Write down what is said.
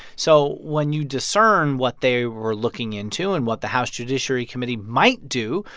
so when you discern what they were looking into and what the house judiciary committee might do,